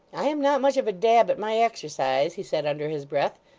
i am not much of a dab at my exercise he said under his breath,